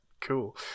Cool